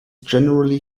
generally